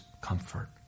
comfort